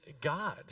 God